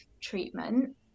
treatment